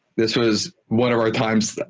this was one of our times